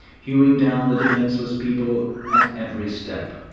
hewing down the defenceless people at every step.